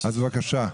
אז בבקשה.